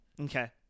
Okay